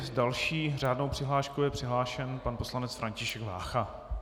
S další řádnou přihláškou je přihlášen pan poslanec František Vácha.